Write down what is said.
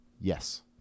Yes